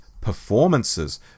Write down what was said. performances